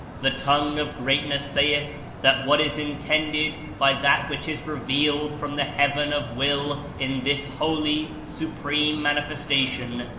the tongue of greatness salth that what is intended by that which is revealed from the heaven of will in this holy, supreme mani festation,